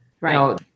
Right